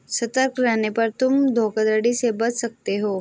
सतर्क रहने पर तुम धोखाधड़ी से बच सकते हो